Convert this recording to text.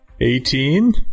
Eighteen